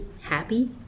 happy